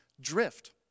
drift